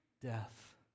death